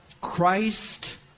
Christ